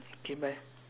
K bye